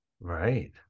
Right